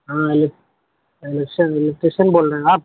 ہاں الیک election electrician بول رہے ہیں آپ